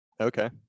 Okay